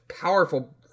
powerful